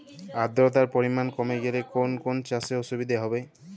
আদ্রতার পরিমাণ কমে গেলে কোন কোন চাষে অসুবিধে হবে?